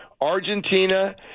Argentina